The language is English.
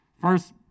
first